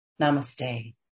Namaste